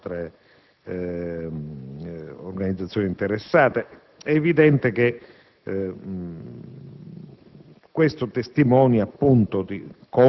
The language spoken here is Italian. quanto riguarda l'ANAS e le altre organizzazioni interessate. Tutto ciò